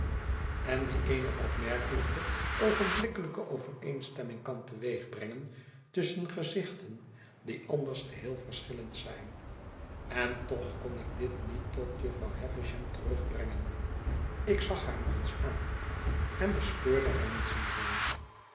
en die eene opmerkelijke oogenblikkelijke overeenstemming kan teweegbrengen tusschen gezichten die anders geheel verschillend zijn en toch kon ik dit niet tot jufvrouw havisham terugbrengen ik zag haar nog eens aan en bespeurde er niets meer van